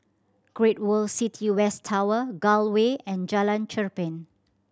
Great World City West Tower Gul Way and Jalan Cherpen